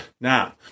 Now